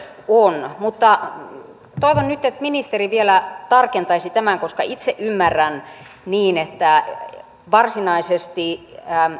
on mutta toivon nyt että ministeri vielä tarkentaisi tämän koska itse ymmärrän niin että varsinaisesti